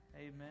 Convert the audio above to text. Amen